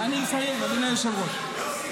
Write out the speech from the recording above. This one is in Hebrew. אני מסיים, אדוני היושב-ראש.